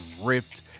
ripped